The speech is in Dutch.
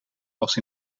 als